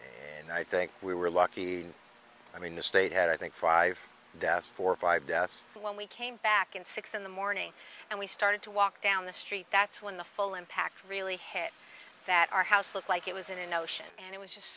and i think we were lucky i mean the state had i think five deaths four or five deaths when we came back in six in the morning and we started to walk down the street that's when the full impact really hit that our house looked like it was in an ocean and it was just